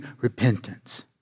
repentance